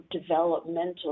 developmental